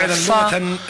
היפה.